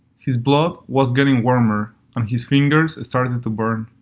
his blood was getting warmer and his fingers started to burn.